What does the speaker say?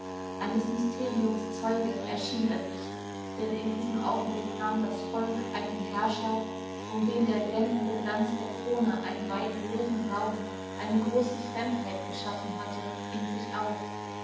eines mysteriums zeuge erschien er sich denn in diesem augenblick nahm das volk einen herrscher um den der blendende glanz der krone einen weiten leeren raum eine große fremdheit geschaffen hatte in sich auf